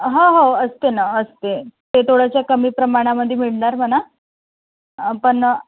हा हो असतं ना असते ते थोडंसं कमी प्रमाणामध्ये मिळणार म्हणा पण